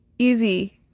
easy